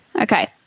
Okay